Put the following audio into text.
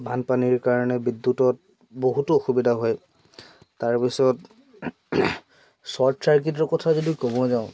বানপানীৰ কাৰণে বিদ্যুতত বহুতো অসুবিধা হয় তাৰপিছত শ্বৰ্ট চাৰ্কিটৰ কথা যদি ক'ব যাওঁ